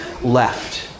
left